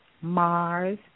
Mars